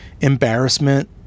embarrassment